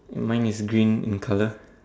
mine is green in colour